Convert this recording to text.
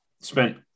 spent